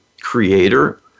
Creator